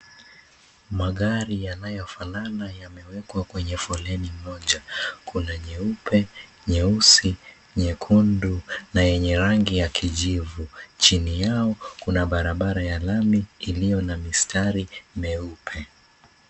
Magari yanayofwanana yamewekwa kwenye foleni moja, kuna nyeupe, nyeusi, nyekundu na yenye rangi ya kijivu. Chini yao kuna barabara ya lami iliyona mistari meupe.